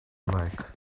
like